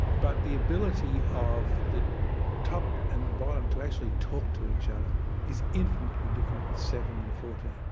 but the ability of the top and the bottom to actually talk to each other is infinitely different with seven and fourteen.